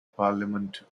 parliament